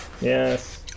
Yes